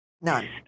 none